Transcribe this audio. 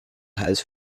has